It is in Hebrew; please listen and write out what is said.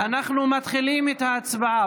אנחנו מתחילים את ההצבעה.